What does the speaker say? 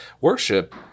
worship